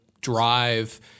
drive